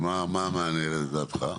ומה המענה לדעתך?